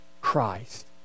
Christ